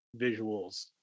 visuals